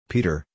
Peter